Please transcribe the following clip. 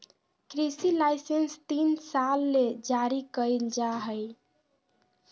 कृषि लाइसेंस तीन साल ले जारी कइल जा हइ